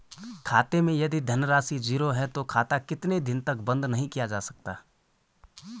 खाते मैं यदि धन राशि ज़ीरो है तो खाता कितने दिन तक बंद नहीं किया जा सकता?